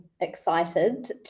excited